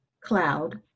cloud